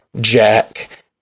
Jack